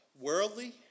Worldly